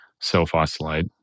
self-isolate